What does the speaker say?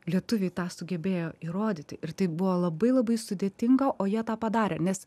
lietuviai tą sugebėjo įrodyti ir tai buvo labai labai sudėtinga o jie tą padarė nes